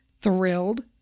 thrilled